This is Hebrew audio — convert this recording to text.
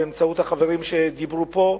באמצעות החברים שדיברו פה,